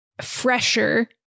fresher